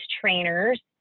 trainers